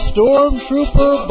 Stormtrooper